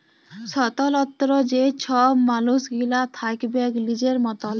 স্বতলত্র যে ছব মালুস গিলা থ্যাকবেক লিজের মতল